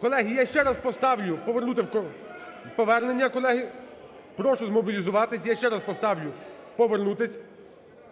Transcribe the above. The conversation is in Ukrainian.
Колеги, я ще раз поставлю повернути, повернення, колеги. Прошу змобілізуватися, я ще раз поставлю повернутися.